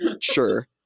Sure